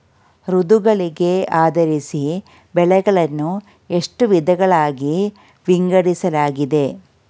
ಋತುಗಳಿಗೆ ಆಧರಿಸಿ ಬೆಳೆಗಳನ್ನು ಎಷ್ಟು ವಿಧಗಳಾಗಿ ವಿಂಗಡಿಸಲಾಗಿದೆ?